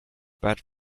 bad